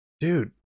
dude